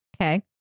Okay